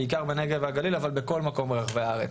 בעיקר בנגב והגליל אבל בכל מקום ברחבי הארץ.